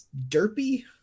derpy